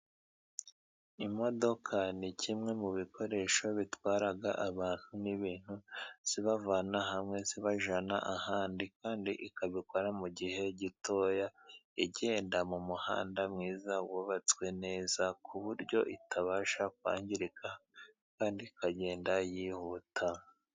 Imodoka ni kimwe mu bikoresho bitwara abantu n'ibintu zibavana hamwe zibajyana ahandi kandi ikabikora mu gihe gitoya igenda mu muhanda mwiza, wubatswe neza ku buryo itabasha kwangirika kandi ikagenda yihuta.